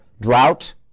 drought